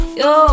yo